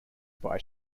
buy